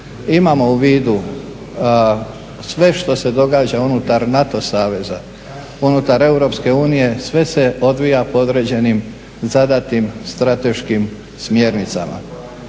imamo u vidu sve što se događa unutar NATO saveza, unutar EU, sve se odvija po određenim zadatim strateškim smjernicama.